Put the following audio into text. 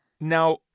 Now